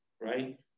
Right